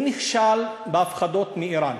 הוא נכשל בהפחדות מאיראן.